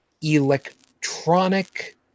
electronic